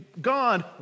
God